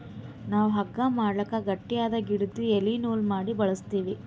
ನಾವ್ ಹಗ್ಗಾ ಮಾಡಕ್ ಗಟ್ಟಿಯಾದ್ ಗಿಡುದು ಎಲಿ ನೂಲ್ ಮಾಡಿ ಬಳಸ್ತೀವಿ